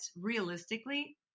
realistically